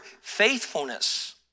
Faithfulness